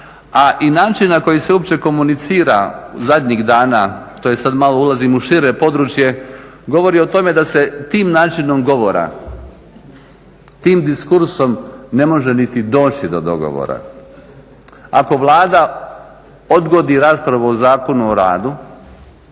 a i način na koji se uopće komunicira zadnjih dana, to sad ulazim u šire područje, govori o tome da se tim načinom govora, tim diskursom ne može niti doći do dogovora. Ako Vlada odgodi raspravu o Zakonu o radu